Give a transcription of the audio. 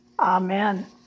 Amen